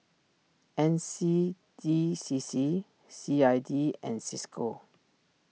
N C D C C C I D and Cisco